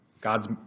God's